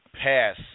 pass